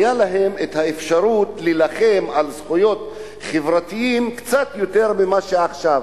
היתה להם האפשרות להילחם על זכויות חברתיות קצת יותר ממה שעכשיו,